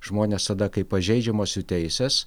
žmonės tada kai pažeidžiamos jų teises